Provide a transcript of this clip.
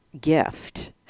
gift